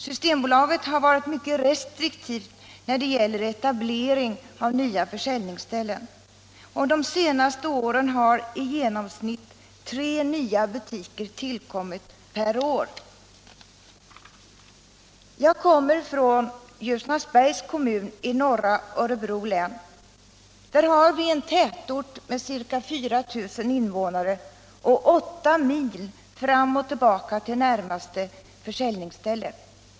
Systembolaget har varit mycket restriktivt när det gäller etablering av nya försäljningsställen. De senaste åren har i genomsnitt tre nya butiker tillkommit per år. Jag kommer från Ljusnarsbergs kommun i norra Örebro län. Där har vi en tätort med ca 4 000 invånare och åtta mil, fram och tillbaka, till närmaste försäljningsställe.